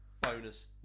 bonus